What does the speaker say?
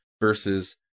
versus